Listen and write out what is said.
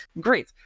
Great